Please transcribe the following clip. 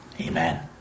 amen